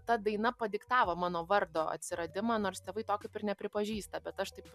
ta daina padiktavo mano vardo atsiradimą nors tėvai to kaip ir nepripažįsta bet aš taip